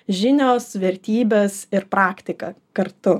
žinios vertybės ir praktika kartu